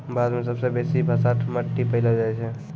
भारत मे सबसे बेसी भसाठ मट्टी पैलो जाय छै